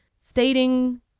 stating